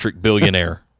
billionaire